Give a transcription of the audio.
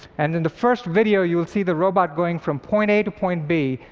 and in the first video, you'll see the robot going from point a to point b,